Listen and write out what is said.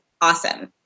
awesome